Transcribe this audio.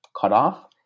cutoff